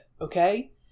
okay